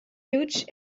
huge